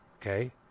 Okay